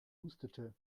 hustete